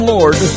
Lord